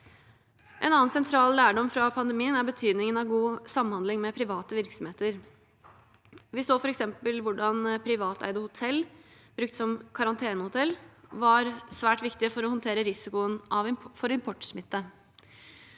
En annen sentral lærdom fra pandemien er betydningen av god samhandling med private virksomheter. Vi så f.eks. hvordan privateide hotell, brukt som karantenehotell, var svært viktige for håndtering av risikoen for importsmitte.